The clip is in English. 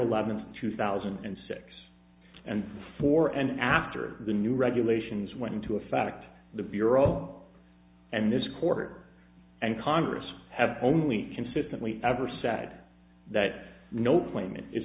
eleventh two thousand and six and before and after the new regulations went into effect the bureau and this court and congress have only consistently ever sad that no claim it is